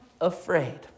afraid